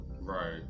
Right